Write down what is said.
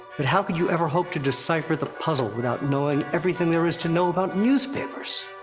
but how could you ever hope to decipher the puzzle without knowing everything there is to know about newspapers?